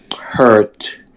hurt